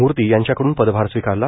मूर्ती यांच्याकडून पदभार स्वीकारला